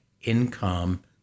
income